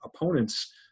opponents